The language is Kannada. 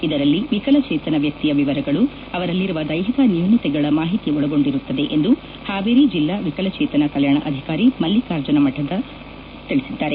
ಇದರಲ್ಲಿ ವಿಕಲಚೇತನ ವ್ಯಕ್ತಿಯ ವಿವರಗಳು ಅವರಲ್ಲಿರುವ ದೈಹಿಕ ನ್ಯೂನ್ಯತೆಗಳ ಮಾಹಿತಿ ಒಳಗೊಂಡಿರುತ್ತದೆ ಎಂದು ಹಾವೇರಿ ಜಿಲ್ಲಾ ವಿಕಲಚೇತನ ಕಲ್ಯಾಣ ಅಧಿಕಾರಿ ಮಲ್ಲಿಕಾರ್ಜುನ ಮಠದ ತಿಳಿಸಿದ್ದಾರೆ